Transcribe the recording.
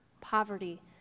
poverty